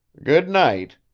good night,